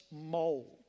mold